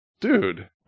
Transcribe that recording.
Dude